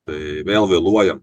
tai vėl vėluojam